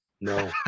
No